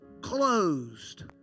closed